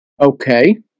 Okay